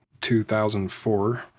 2004